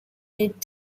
mid